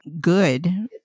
good